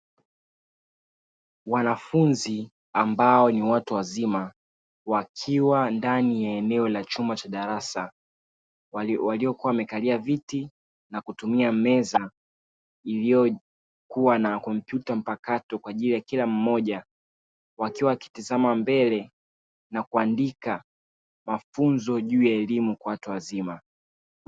Wanafunzi ambao ni watu wazima wakiwa ndani ya eneo la chumba cha darasa, waliokua wamekalia viti na kutumia meza iliyokua na kompyuta mpakato kwa ajili ya kila mmoja wakiwa wakitizama mbele na kuandika mafunzo juu ya elimu kwa watu wazima.